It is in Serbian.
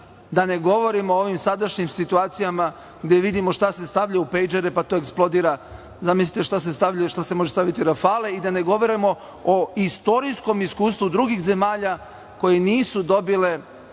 da ne govorim o ovim sadašnjim situacijama gde vidimo šta se stavlja u pejdžere, pa to eksplodira, a zamislite šta se može staviti u „Rafale“ i da ne govorimo o istorijskom iskustvu drugih zemalja koje nisu dobile